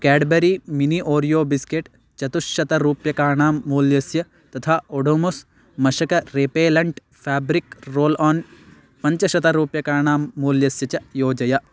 Cadbury mini Oreo biscuit चतुश्शतरूप्यकाणां मूल्यस्य तथा ओडोमोस् मशकः रेपेलण्ट् फ़ेब्रिक् रोल् आन् पञ्चशतरूप्यकाणां मूल्यस्य च योजय